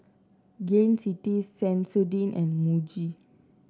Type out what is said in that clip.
Gain City Sensodyne and Muji